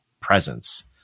presence